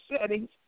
settings